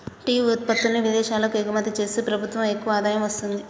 tea ఉత్పత్తుల్ని విదేశాలకు ఎగుమతి చేస్తూ ప్రభుత్వం ఎక్కువ ఆదాయం వస్తుంది